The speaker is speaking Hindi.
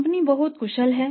कंपनी बहुत कुशल है